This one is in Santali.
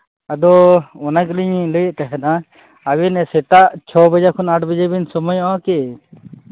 ᱟᱫᱚ ᱚᱱᱟ ᱜᱮᱞᱤᱧ ᱞᱟᱹᱭᱮᱫ ᱛᱟᱦᱮᱱᱟ ᱟᱹᱵᱤᱱ ᱥᱮᱛᱟᱜ ᱪᱷᱚ ᱵᱟᱡᱮ ᱠᱷᱚᱱᱟᱜ ᱟᱴ ᱵᱟᱡᱮ ᱵᱤᱱ ᱥᱚᱢᱚᱭᱜᱼᱟ ᱠᱤ